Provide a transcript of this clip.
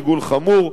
ריגול חמור.